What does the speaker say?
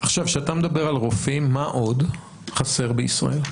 כשאתה מדבר על רופאים, מה עוד חסר בישראל?